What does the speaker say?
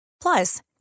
Plus